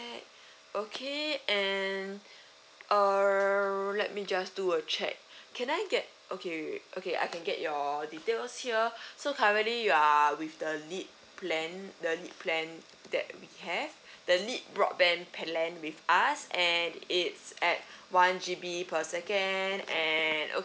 okay and err let me just do a check can I get okay okay I can get your details here so currently you are with the lead plan the lead plan that we have the lead broadband plan with us and it's at one G_B per second and okay